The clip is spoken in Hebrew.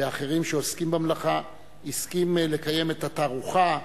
ואחרים שעוסקים במלאכה הסכים לקיים את התערוכה